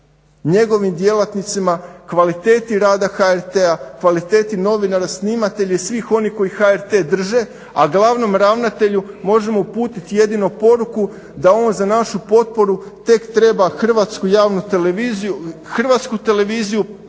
njegovim djelatnicima, kvaliteti rada HRT-a, kvaliteti novinara, snimatelja i svih onih koji HRT drže, a glavnom ravnatelju možemo uputit jedino poruku da on za našu potporu tek treba hrvatsku televiziju pretvorit